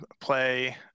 play